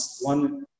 one